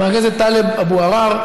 מס' 10930,